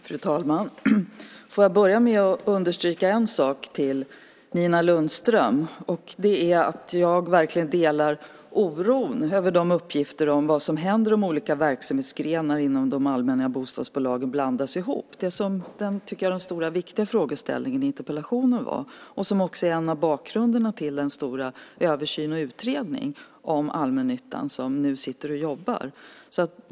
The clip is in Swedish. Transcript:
Fru talman! Låt mig börja med att understryka en sak för Nina Lundström. Det är att jag verkligen delar oron över uppgifterna om vad som händer i olika verksamhetsgrenar när de allmänna bostadsbolagen blandas ihop. Det är det som är den stora och viktiga frågeställningen i interpellationen och som också är en av bakgrunderna till den stora översynen och till den utredning om allmännyttan som nu sitter och jobbar.